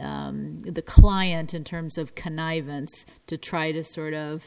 the the client in terms of connivance to try to sort of